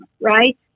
right